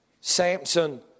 Samson